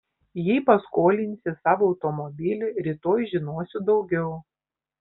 jei paskolinsi savo automobilį rytoj žinosiu daugiau